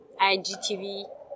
IGTV